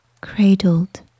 cradled